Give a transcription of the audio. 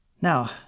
Now